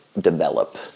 develop